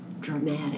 dramatic